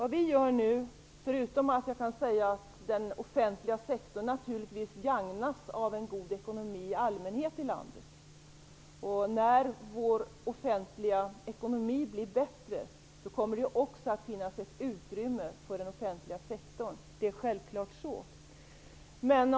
Den offentliga sektorn gagnas naturligtvis av en god ekonomi i allmänhet i landet. När vår offentliga ekonomi blir bättre kommer det också att finnas ett utrymme för den offentliga sektorn. Det är självklart så.